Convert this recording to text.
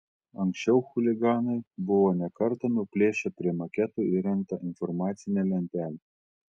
anksčiau chuliganai buvo ne kartą nuplėšę prie maketo įrengtą informacinę lentelę